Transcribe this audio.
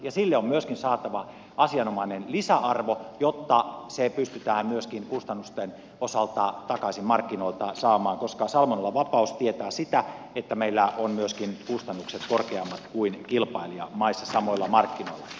sille on myöskin saatava asianomainen lisäarvo jotta se pystytään myöskin kustannusten osalta takaisin markkinoilta saamaan koska salmonellavapaus tietää sitä että meillä on myöskin kustannukset korkeammat kuin kilpailijamaissa samoilla markkinoilla